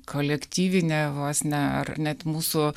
kolektyvinė vos ne ar net mūsų